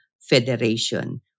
Federation